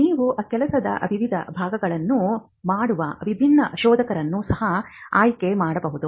ನೀವು ಕೆಲಸದ ವಿವಿಧ ಭಾಗಗಳನ್ನು ಮಾಡುವ ವಿಭಿನ್ನ ಶೋಧಕರನ್ನು ಸಹ ಆಯ್ಕೆ ಮಾಡಬಹುದು